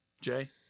jay